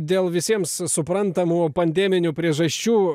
dėl visiems suprantamų pandeminių priežasčių